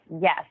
yes